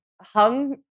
hung